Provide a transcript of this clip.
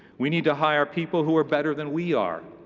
we need to hire people who are better than we are.